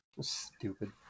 stupid